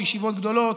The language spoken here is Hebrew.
בישיבות גדולות,